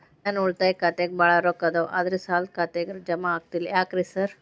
ನನ್ ಉಳಿತಾಯ ಖಾತ್ಯಾಗ ಬಾಳ್ ರೊಕ್ಕಾ ಅದಾವ ಆದ್ರೆ ಸಾಲ್ದ ಖಾತೆಗೆ ಜಮಾ ಆಗ್ತಿಲ್ಲ ಯಾಕ್ರೇ ಸಾರ್?